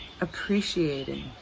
appreciating